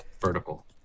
Vertical